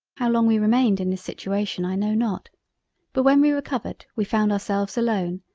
how long we remained in this situation i know not but when we recovered we found ourselves alone,